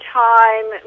time